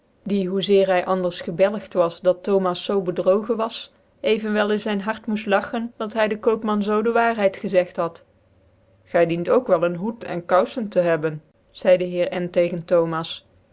die hoe zeer hy anders gebclgt was dat thomas zoo bedrogen was evenwel in zyn hart moeft lachen dat hy dc koopman zoo dc waarheid gezeit had gy diend ook wel een hoeden koufcm te hebben zcidc de heer n tegen thomas